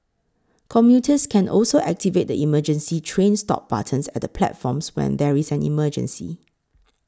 commuters can also activate the emergency train stop buttons at the platforms when there is an emergency